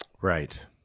Right